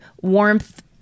warmth